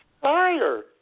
Fire